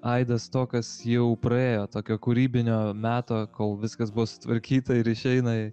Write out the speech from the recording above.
aidas to kas jau praėjo tokio kūrybinio meto kol viskas buvo sutvarkyta ir išeina